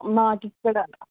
మాకు ఇక్కడ